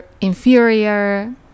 inferior